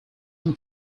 team